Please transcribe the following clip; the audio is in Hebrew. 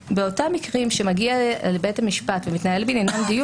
הסוציאלי באותם מקרים שמגיעים לבית המשפט ומתנהל דיון בעניינם,